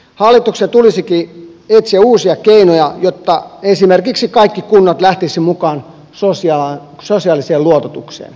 hallituksen tulisikin etsiä uusia keinoja jotta esimerkiksi kaikki kunnat lähtisivät mukaan sosiaaliseen luototukseen